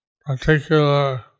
particular